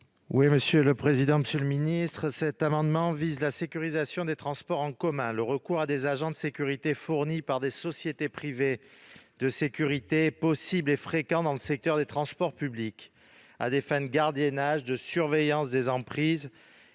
: La parole est à M. Philippe Tabarot. Cet amendement a pour objet la sécurisation des transports en commun. Le recours à des agents de sécurité fournis par des sociétés privées de sécurité est possible et fréquent dans le secteur des transports publics, à des fins de gardiennage, de surveillance des emprises